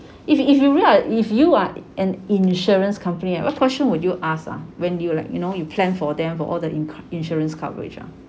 if you if you ya if you are an insurance company right what question would you ask ah when do you like you know you plan for them for all the in~ insurance coverage ah